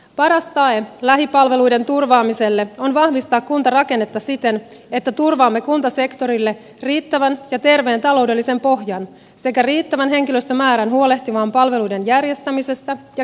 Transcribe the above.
paras tae lähipalveluiden turvaamiselle on vahvistaa kuntarakennetta siten että turvaamme kuntasektorille riittävän ja terveen taloudellisen pohjan sekä riittävän henkilöstömäärän huolehtimaan palveluiden järjestämisestä ja kehittämisestä